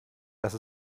dass